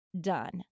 done